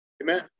Amen